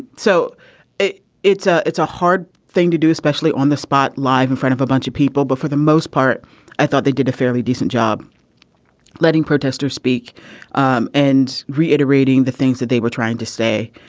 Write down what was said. so it's a it's a hard thing to do especially on the spot live in front of a bunch of people but for the most part i thought they did a fairly decent job letting protesters speak um and reiterating the things that they were trying to say.